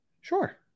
Sure